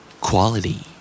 Quality